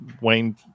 Wayne